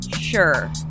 Sure